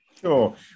Sure